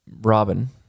Robin